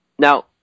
Now